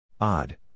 Odd